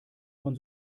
von